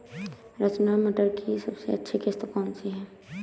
रचना मटर की सबसे अच्छी किश्त कौन सी है?